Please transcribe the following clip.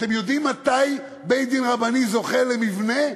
אתם יודעים מתי בית-דין רבני זוכה למבנה?